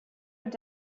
have